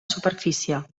superfície